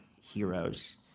heroes